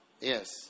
Yes